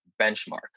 benchmark